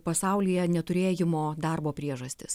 pasaulyje neturėjimo darbo priežastys